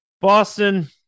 Boston